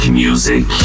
music